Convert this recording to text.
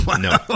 No